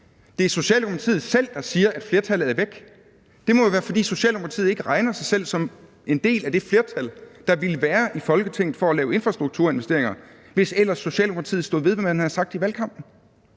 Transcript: Det er Socialdemokratiet selv, der siger, at flertallet er væk. Det må jo være, fordi Socialdemokratiet ikke regner sig selv som en del af det flertal, der ville være i Folketinget, for at lave infrastrukturinvesteringer, hvis ellers Socialdemokratiet stod ved, hvad man havde sagt i valgkampen.